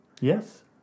yes